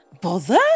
Bother